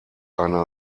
eine